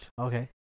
Okay